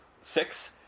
six